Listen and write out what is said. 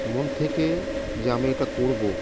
মন থেকে যে আমি এটা করব